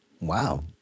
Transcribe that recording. Wow